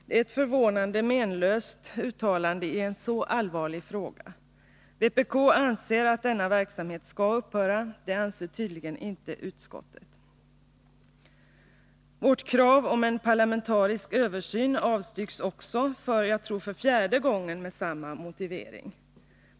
Det är ett förvånande menlöst uttalande i en så allvarlig fråga. Vpk anser att - Nr 149 denna verksamhet skall upphöra. Det anser tydligen inte utskottet. Vårt krav på en parlamentarisk översyn avstyrks också för jag tror fjärde gången med samma motivering.